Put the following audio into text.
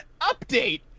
update